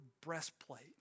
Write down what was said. breastplate